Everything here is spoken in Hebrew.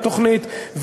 לתוכנית.